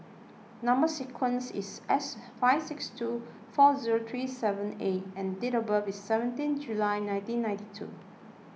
Number Sequence is S five six two four zero three seven A and date of birth is seventeen July nineteen ninety two